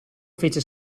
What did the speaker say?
fece